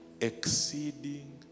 exceeding